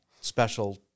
special